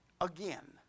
again